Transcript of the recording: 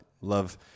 love